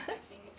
okay